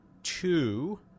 Two